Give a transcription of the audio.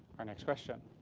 next question.